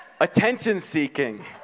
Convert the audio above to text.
attention-seeking